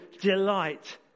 delight